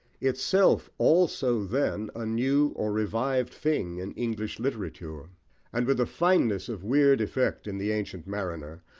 itself also then a new or revived thing in english literature and with a fineness of weird effect in the ancient mariner,